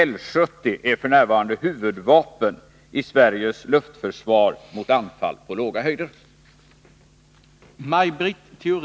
L/70 är f. n. huvudvapen i Sveriges luftförsvar mot anfall på låga höjder.